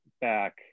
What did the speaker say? back